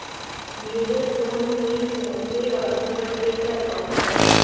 मेरे फोन में PhonePe और गूगल पे का अकाउंट है